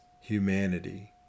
humanity